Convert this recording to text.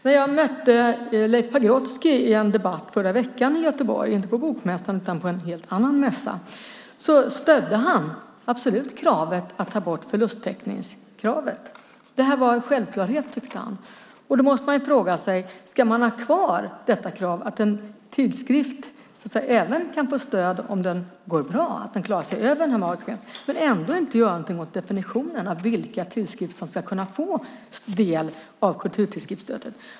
När jag mötte Leif Pagrotsky i en debatt i Göteborg i förra veckan - det var inte på Bokmässan utan på en helt annan mässa - stödde han absolut kravet på att ta bort förlusttäckningskravet. Han tyckte att detta var en självklarhet. Då måste man fråga sig: Ska man ha kvar detta krav? Ska en tidskrift kunna få stöd även om den går bra men utan att man gör någonting åt definitionen av vilka tidskrifter som ska kunna få del av kulturtidskriftsstödet?